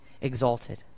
exalted